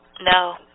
No